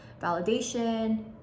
validation